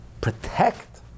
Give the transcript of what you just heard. protect